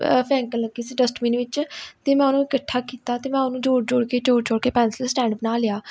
ਫੈਂਕਣ ਲੱਗੀ ਸੀ ਡਸਟਬਿਨ ਵਿੱਚ ਅਤੇ ਮੈਂ ਉਹਨੂੰ ਇਕੱਠਾ ਕੀਤਾ ਅਤੇ ਮੈਂ ਉਹਨੂੰ ਜੋੜ ਜੋੜ ਕੇ ਜੋੜ ਜੋੜ ਕੇ ਪੈਨਸਲ ਸਟੈਂਡ ਬਣਾ ਲਿਆ